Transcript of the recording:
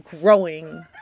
growing